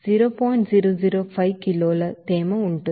005 కిలోల తేమ ఉంటుంది